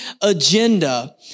agenda